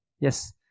yes